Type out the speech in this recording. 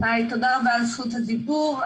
רבה על זכות הדיבור.